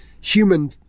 human